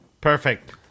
Perfect